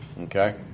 Okay